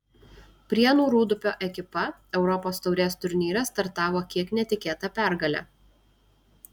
prienų rūdupio ekipa europos taurės turnyre startavo kiek netikėta pergale